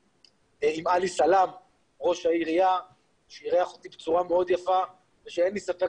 עם עלי סלאם ראש העירייה שאירח אותי בצורה מאוד יפה ושאין לי ספק